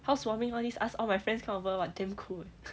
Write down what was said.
housewarming all these ask all my friends over !wah! damn cool eh